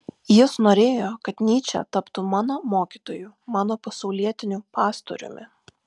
jis norėjo kad nyčė taptų mano mokytoju mano pasaulietiniu pastoriumi